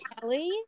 Kelly